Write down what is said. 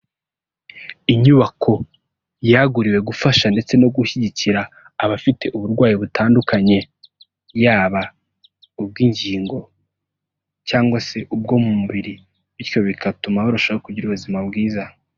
Inyubako yaguriwe gufasha ndetse no gushyigikira abafite uburwayi butandukanye yaba ubw'ingingo cyangwa se ubwo mu mubiri bityo bigatuma barushaho kugira ubuzima bwiza.